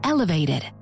Elevated